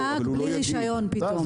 אם הנהג בלי רישיון פתאום,